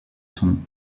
son